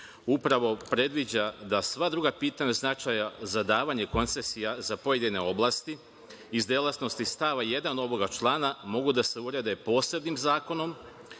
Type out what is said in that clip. upravo predviđa da sva druga pitanja od značaja za davanje koncesija za pojedine oblasti iz delatnosti stava 1. ovoga člana mogu da se urede posebnim zakonom